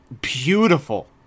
beautiful